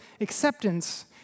acceptance